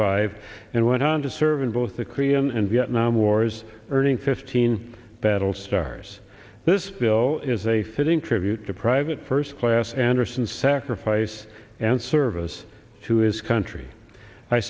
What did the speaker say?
five and went on to serve in both the korean and vietnam wars earning fifteen battlestars this bill is a fitting tribute to private first class anderson sacrifice and service to his country i